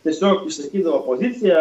tiesiog išsakydavo poziciją